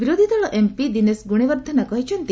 ବିରୋଧୀଦଳ ଏମ୍ପି ଦିନେଶ ଗୁଣୱର୍ଦ୍ଧେନା କହିଛନ୍ତି